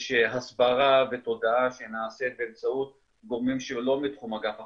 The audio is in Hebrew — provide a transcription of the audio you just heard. יש הסברה ותודעה שנעשית באמצעות גורמים שהם לא מתחום אגף החקירות,